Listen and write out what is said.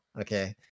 okay